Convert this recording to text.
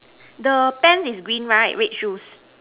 the pants is green right red shoes